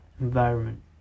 environment